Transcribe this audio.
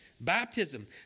Baptism